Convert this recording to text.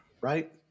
right